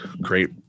great